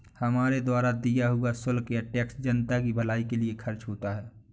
हमारे द्वारा दिया हुआ शुल्क या टैक्स जनता की भलाई के लिए खर्च होता है